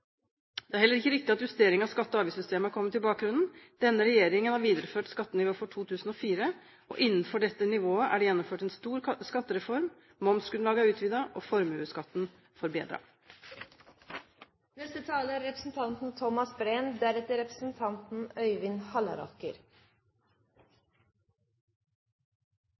Det er heller ikke riktig at justering av skatte- og avgiftssystemet er kommet i bakgrunnen. Denne regjeringen har videreført skattenivået fra 2004, og innenfor dette nivået er det gjennomført en stor skattereform, momsgrunnlaget er utvidet og formuesskatten